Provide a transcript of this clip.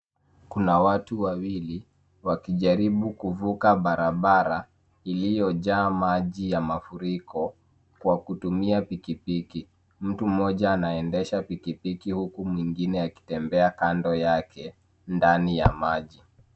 Kuna watu wawili wakijaribu kuvuka barabara iliyojaa maji ya mafuriko kwa kutumia pikipiki. Mtu mmoja anaendesha pikipiki huku mwingine akitembea kando yake ndani ya maji.